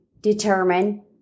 determine